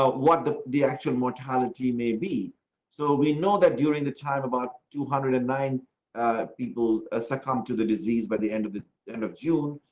ah what? the the actual mortality. maybe so we know that during the time about two hundred and nine people ah succumb to the disease by but the end of the end of june,